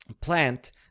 plant